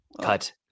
cut